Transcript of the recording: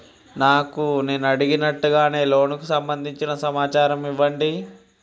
నాకు నేను అడిగినట్టుగా లోనుకు సంబందించిన సమాచారం ఇయ్యండి?